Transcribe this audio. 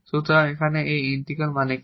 সুতরাং এখানে এই ইন্টিগ্রাল মানে কি